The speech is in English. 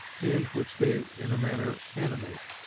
and which they in a manner animate.